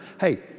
Hey